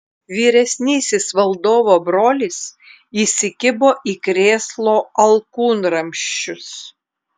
vyresnysis valdovo brolis įsikibo į krėslo alkūnramsčius